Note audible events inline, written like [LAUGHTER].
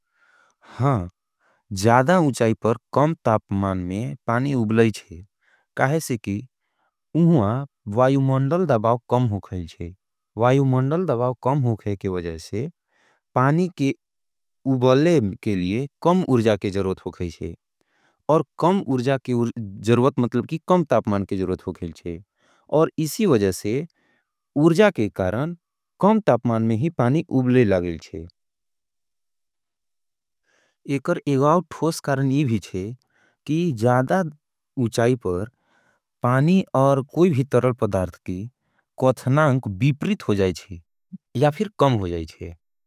हां, ज्यादा उचाई पर कम तापमान में पानी उबलें चे, काहे से कि उँहां वायुमौन्डल दबाव कम होगाईंचे। वायुमौन्डल दबाव कम होगाई के वज़ाई से पानी के [HESITATION] उबलें के लिए कम उर्जा [HESITATION] के जरुवत होगाईंचे। कम तापमान के जरुवत होगाईंचे। उर्जा के कारण कम तापमान में ही पानी उबले लागेंचे। [HESITATION] एक एगाव ठोस कारण ये भी चे कि ज्यादा उचाई पर पानी और कोई भी तरल पदार्थ की कौथनांक बीपरित हो जाईचे या फिर कम हो जाईचे।